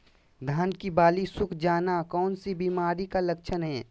धान की बाली सुख जाना कौन सी बीमारी का लक्षण है?